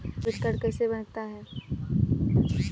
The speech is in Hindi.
डेबिट कार्ड कैसे बनता है?